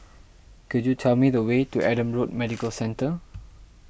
could you tell me the way to Adam Road Medical Centre